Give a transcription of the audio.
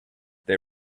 they